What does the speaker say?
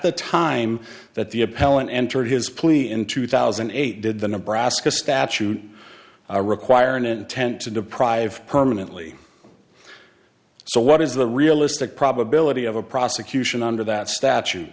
the time that the appellant entered his plea in two thousand and eight did the nebraska statute require an intent to deprive permanently so what is the realistic probability of a prosecution under that statu